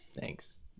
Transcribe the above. Thanks